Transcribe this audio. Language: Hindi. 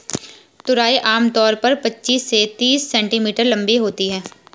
तुरई आम तौर पर पचीस से तीस सेंटीमीटर लम्बी होती है